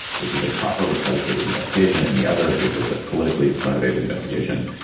this was a properly predicated investigation and the other. it was a politically motivated investigation.